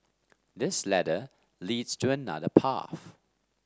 this ladder leads to another path